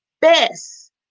best